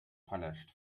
punished